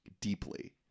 deeply